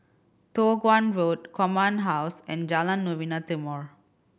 Toh Guan Road Command House and Jalan Novena Timor